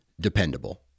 dependable